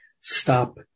stop